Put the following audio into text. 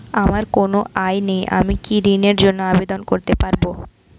আমার কোনো আয় নেই আমি কি ঋণের জন্য আবেদন করতে পারব?